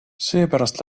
seepärast